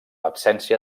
absència